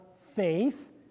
faith